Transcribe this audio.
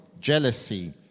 jealousy